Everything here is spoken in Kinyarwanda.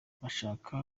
bashaka